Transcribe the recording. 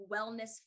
wellness